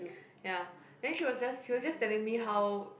ya then she was just he just telling me how